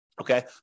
okay